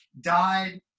died